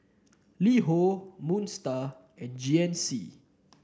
LiHo Moon Star and G N C